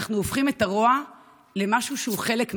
אנחנו הופכים את הרוע למשהו שהוא חלק מהם,